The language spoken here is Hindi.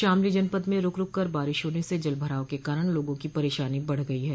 शामली जनपद में रूक रूककर बारिश होने से जल भराव के कारण लोगों की परेशानी बढ़ गई है